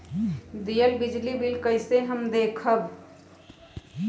दियल बिजली बिल कइसे देखम हम?